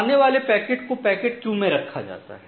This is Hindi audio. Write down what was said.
आने वाले पैकेट को पैकेट क्यू में रखा जाता है